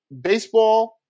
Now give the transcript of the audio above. baseball